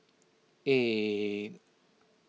eight